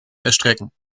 erstrecken